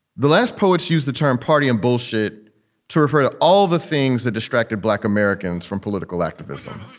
the last poets use the term party and bullshit to refer to all the things that distracted black americans from political activism